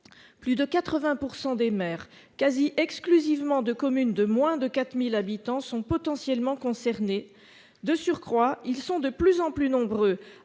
Plus de 80 % des maires, quasi exclusivement de communes de moins 4 000 habitants, sont potentiellement concernés. De surcroît, ils sont de plus en plus nombreux